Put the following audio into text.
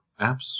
apps